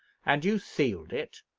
and you sealed it,